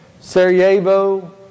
Sarajevo